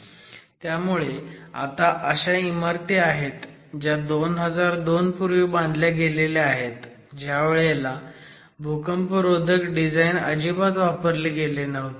त्यामुळे आता अशा इमारती आहेत ज्या 2002 पूर्वी बांधल्या गेल्या आहेत ज्यावेळेला भूकंपरोधक डिझाईन अजिबात वापरले गेले नव्हते